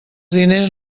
diners